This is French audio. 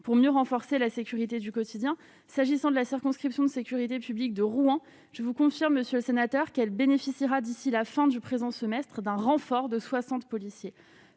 pour mieux renforcer la sécurité du quotidien s'agissant de la circonscription de sécurité publique de Rouen je vous confirme, Monsieur le Sénateur qu'elle bénéficiera d'ici la fin du présent semestres d'un renfort de 60 policiers